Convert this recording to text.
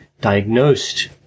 diagnosed